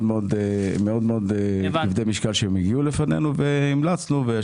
מאוד כבדי משקל שהם הביאו לפנינו הומלצנו עליהם.